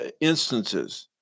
instances